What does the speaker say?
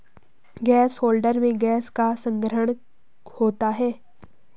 gas holder में gas का संग्रहण होता है